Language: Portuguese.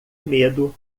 medo